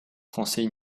français